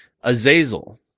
Azazel